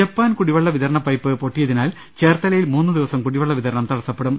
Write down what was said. Japan കുടിവെള്ള വിതരണ പ്രൈപ്പ് പൊട്ടിയതിനാൽ ചേർത്തലയിൽ മൂന്നു ദിവസം കുടിവെള്ള വിതരണം തടസ്സപ്പെടും